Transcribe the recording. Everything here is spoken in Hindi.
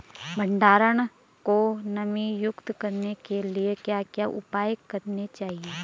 भंडारण को नमी युक्त बनाने के लिए क्या क्या उपाय करने चाहिए?